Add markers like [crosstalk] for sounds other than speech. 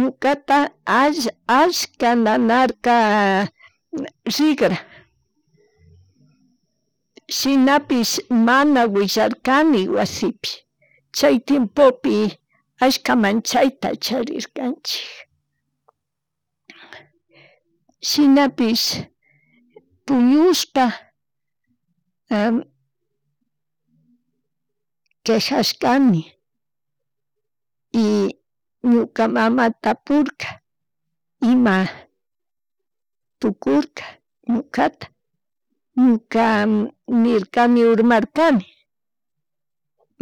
Ñukata (-) allaka nanarka rigra, shinapish mana willarkani wasipi chay tiempopi allka manchayta charirkanchik, [noise] shinapish puñushpa [hesitation] quejashkani y ñuka mamata tapurka ima, tukurka ñukata, ñuka nirkani urmarkani,